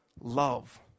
love